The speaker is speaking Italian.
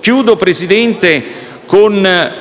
Concludo, Presidente, con